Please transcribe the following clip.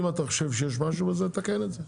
אם אתה חשוב שיש משהו בזה, תקן את זה.